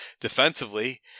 defensively